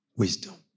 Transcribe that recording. wisdom